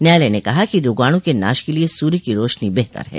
न्यायालय ने कहा कि रोगाणु के नाश के लिए सूर्य की रोशनी बेहतर है